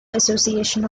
association